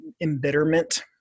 embitterment